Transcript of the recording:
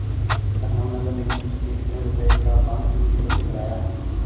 लखनऊ नगर निगम ने कितने रुपए का बॉन्ड सूचीबद्ध कराया है?